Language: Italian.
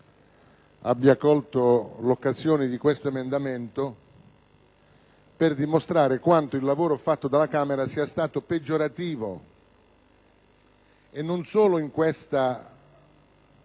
abbia colto l’occasione di questo emendamento per dimostrare quanto il lavoro fatto dalla Camera sia stato peggiorativo, e non solo in questo contesto